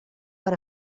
per